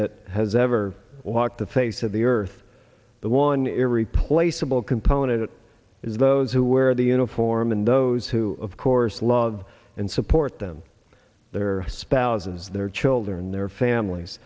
that has ever walked the face of the earth the one ear replaceable component it is those who wear the uniform and those who of course love and support them their spouses their children their families